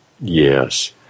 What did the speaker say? Yes